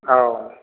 औ